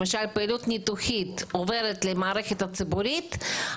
למשל פעילות ניתוחית עוברת למערכת הציבורית,